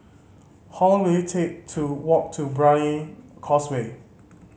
how long will it take to walk to Brani Causeway